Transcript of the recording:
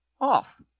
off